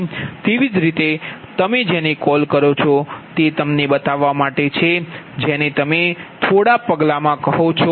તેવી જ રીતે તમે જેને કોલ કરો છો તે તમને બતાવવા માટે છે જેને તમે થોડા પગલામાં કહો છો